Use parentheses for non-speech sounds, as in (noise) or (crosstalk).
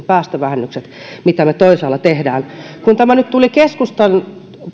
(unintelligible) päästövähennykset mitä me toisaalla teemme kun tämä nyt tuli